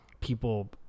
people